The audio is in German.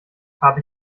habe